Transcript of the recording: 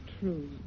true